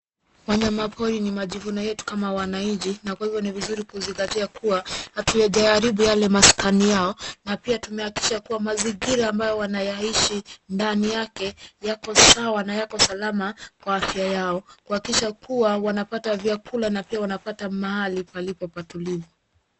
Wanyama pori ni majivuno yetu kama wananchi na kwa hivyo ni vizuri kuzingatia kuwa hatujayaharibu yale maskani yao na pia tumehakikisha kuwa mazingira wanaoishi ndani yake yako sawa na yako salama kwa afya yao. Kuhakikisha kuwa wanapata vyakula pia wanapata mahali malipo patulivu.